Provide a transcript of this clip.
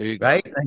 Right